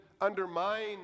undermine